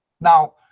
Now